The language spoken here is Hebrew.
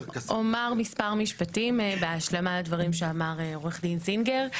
אני אומר מספר משפטים בהשלמה לדברים שאמר עורך דין זינגר.